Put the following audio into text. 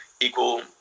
equal